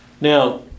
Now